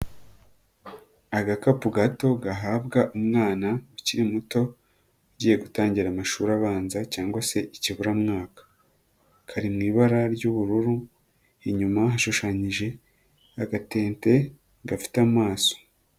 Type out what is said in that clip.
Agakapu gato gahabwa umwana ukiri muto, ugiye gutangira amashuri abanza cyangwa se ikiburamwaka, kari mu ibara ry'ubururu, inyuma hashushanyije, agatente gafite amaso.